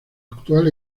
actual